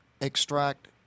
extract